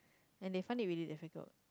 and they find it really difficult